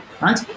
right